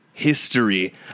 history